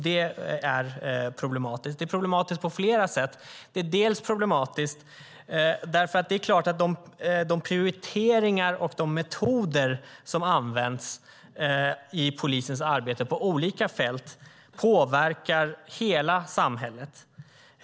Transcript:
Detta är problematiskt på flera sätt, för det första därför att det är klart att de prioriteringar och metoder som används i polisens arbete på olika fält påverkar hela samhället.